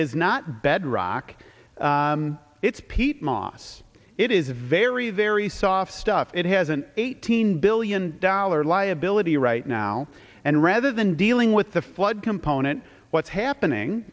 is not bedrock it's peat moss it is very very soft stuff it has an eighteen billion dollar liability right now and rather than dealing with the flood component what's happening